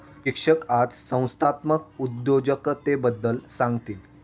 शिक्षक आज संस्थात्मक उद्योजकतेबद्दल सांगतील